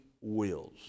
wills